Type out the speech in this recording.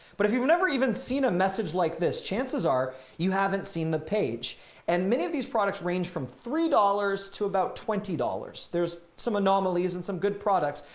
but if you've never even seen a message like this, chances are you haven't seen the page and many of these products range from three dollars to about twenty dollars. there's some anomalies and some good products.